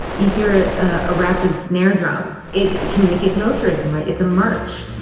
you hear ah a rapid snare drum, it communicates militarism, right? it's a march.